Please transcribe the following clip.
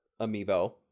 Amiibo